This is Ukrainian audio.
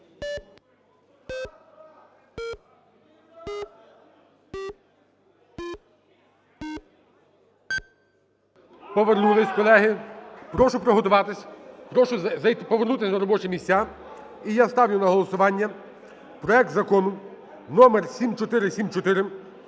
Повернулися, колеги. Прошу приготуватися, прошу повернутися на робочі місця. І я ставлю на голосування проект Закону № 7474